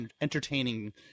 entertaining